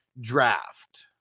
draft